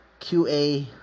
qa